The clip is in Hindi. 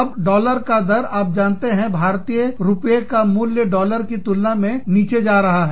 अब डॉलर का दर आप जानते हैं भारतीय रुपए का मूल्य डॉलर की तुलना में नीचे जा रहा है